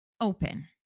open